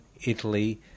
Italy